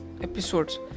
episodes